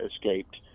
escaped